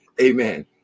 Amen